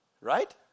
Right